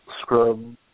scrub